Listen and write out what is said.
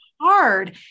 hard